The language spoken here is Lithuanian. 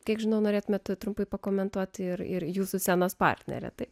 kiek žinau norėtumėte trumpai pakomentuoti ir ir jūsų scenos partnerę tai